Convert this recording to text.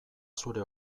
zure